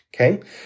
Okay